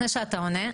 לפני שאתה עונה,